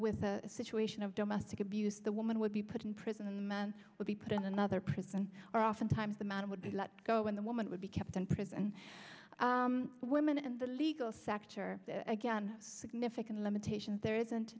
with a situation of domestic abuse the woman would be put in prison and men would be put in another prison or oftentimes the man would be let go when the woman would be kept in prison women in the legal sector again significant limitations there isn't